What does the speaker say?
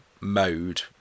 mode